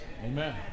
Amen